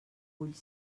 vull